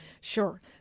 Sure